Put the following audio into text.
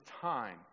time